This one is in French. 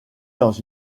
dans